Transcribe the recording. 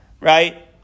right